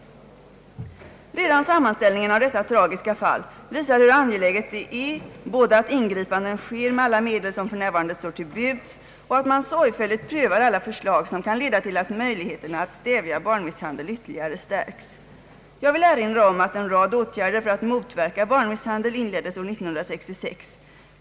Redan sammanställningen av dessa tragiska fall visar hur angeläget det är både att ingripanden sker med alla medel som f. n. står till buds och att man sorgfälligt prövar alla förslag som kan leda till att möjligheterna att stävja barnmisshandel ytterligare stärks. Jag vill erinra om att en rad åtgärder för att motverka barnmisshandel inleddes år 1966.